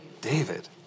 David